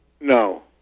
No